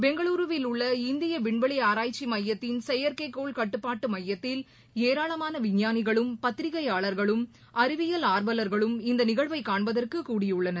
பெங்களுருவில் உள்ள இந்திய விண்வெளி ஆராய்ச்சி மையத்தின் செயற்கைக்கோள் கட்டுப்பாட்டு மையத்தில் ஏராளமான விஞ்ஞானிகளும் பத்திரிக்கையாளர்களும் அறிவியல் ஆர்வலர்களும் இந்த நிகழ்வை காண்பதற்கு கூடியுள்ளனர்